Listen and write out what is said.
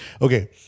okay